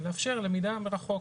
לאפשר למידה מרחוק.